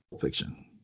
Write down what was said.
Fiction